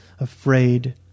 afraid